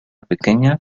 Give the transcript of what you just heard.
pequeña